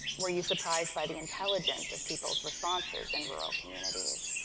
were you surprised by the intelligence of people's responses in rural communities.